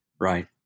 Right